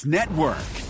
Network